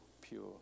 pure